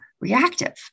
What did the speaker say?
reactive